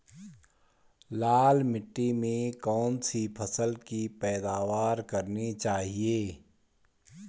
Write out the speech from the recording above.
लाल मिट्टी में कौन सी फसल की पैदावार करनी चाहिए?